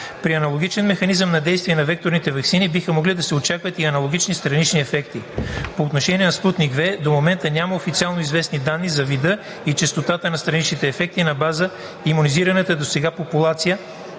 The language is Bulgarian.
При аналогичен механизъм на действие на векторните ваксини биха могли да се очакват и аналогични странични ефекти. По отношение на „Спутник V“ до момента няма официално известни данни за вида и честотата на страничните ефекти на база имунизираната досега популация,